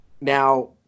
Now